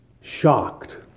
shocked